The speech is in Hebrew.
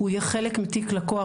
הוא יהיה חלק מתיק לקוח,